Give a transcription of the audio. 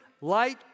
light